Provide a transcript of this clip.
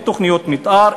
אין תוכניות מתאר,